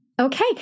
Okay